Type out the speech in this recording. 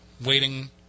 waiting